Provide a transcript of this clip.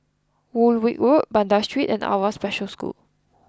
Woolwich Road Banda Street and Awwa Special School